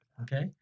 Okay